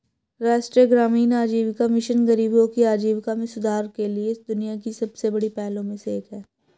राष्ट्रीय ग्रामीण आजीविका मिशन गरीबों की आजीविका में सुधार के लिए दुनिया की सबसे बड़ी पहलों में से एक है